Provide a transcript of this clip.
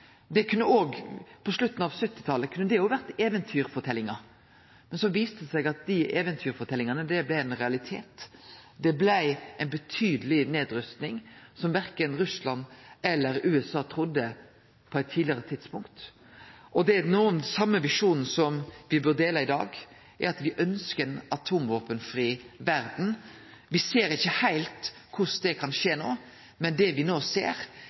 1970-talet kunne det òg vore eventyrforteljingar, men så viste det seg at dei eventyrforteljingane blei ein realitet. Det blei ei betydeleg nedrusting som verken Russland eller USA trudde på eit tidlegare tidspunkt. Det er den same visjonen som me bør dele no i dag – at me ønskjer ei atomvåpenfri verd. Me ser ikkje heilt korleis det kan skje no, men det me no ser,